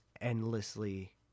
endlessly